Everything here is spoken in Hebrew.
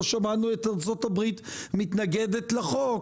לא שמענו את ארצות הברית מתנגדת לחוק.